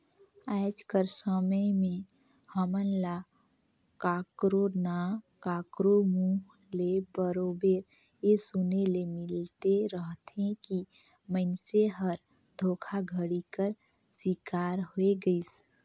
आएज कर समे में हमन ल काकरो ना काकरो मुंह ले बरोबेर ए सुने ले मिलते रहथे कि मइनसे हर धोखाघड़ी कर सिकार होए गइस